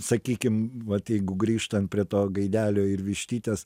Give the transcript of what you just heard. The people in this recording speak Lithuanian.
sakykim vat jeigu grįžtant prie to gaidelio ir vištytės